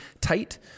tight